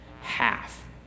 Half